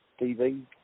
TV